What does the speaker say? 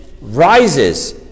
rises